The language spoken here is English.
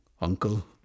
Uncle